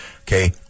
Okay